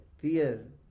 Fear